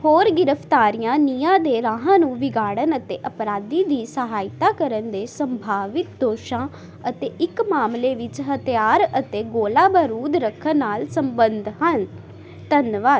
ਹੋਰ ਗ੍ਰਿਫਤਾਰੀਆਂ ਨਿਆਂ ਦੇ ਰਾਹ ਨੂੰ ਵਿਗਾੜਨ ਅਤੇ ਅਪਰਾਧੀ ਦੀ ਸਹਾਇਤਾ ਕਰਨ ਦੇ ਸੰਭਾਵਿਤ ਦੋਸ਼ਾਂ ਅਤੇ ਇੱਕ ਮਾਮਲੇ ਵਿੱਚ ਹਥਿਆਰ ਅਤੇ ਗੋਲਾ ਬਰੂਦ ਰੱਖਣ ਨਾਲ ਸਬੰਧ ਹਨ ਧੰਨਵਾਦ